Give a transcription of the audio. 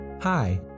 Hi